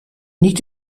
niet